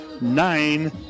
nine